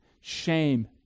shame